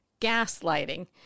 gaslighting